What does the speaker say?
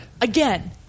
Again